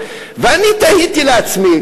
שלום.